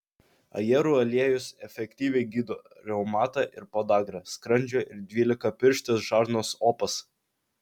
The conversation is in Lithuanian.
ajerų aliejus efektyviai gydo reumatą ir podagrą skrandžio ir dvylikapirštės žarnos opas